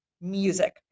music